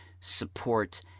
support